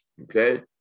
Okay